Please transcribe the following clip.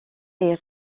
est